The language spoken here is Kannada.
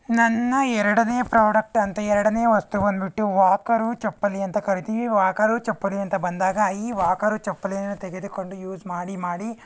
ನನ್ನ ಎರಡನೇ ಪ್ರೋಡಕ್ಟ್ ಅಂತ ಎರಡನೇ ವಸ್ತು ಬಂದುಬಿಟ್ಟು ವಾಕರು ಚಪ್ಪಲಿ ಅಂತ ಕರಿತೀವಿ ವಾಕರು ಚಪ್ಪಲಿ ಅಂತ ಬಂದಾಗ ಈ ವಾಕರು ಚಪ್ಪಲಿಯನ್ನು ತೆಗೆದುಕೊಂಡು ಯೂಸ್ ಮಾಡಿ ಮಾಡಿ